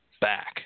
back